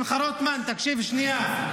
שמחה רוטמן, תקשיב שנייה.